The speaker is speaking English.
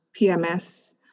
PMS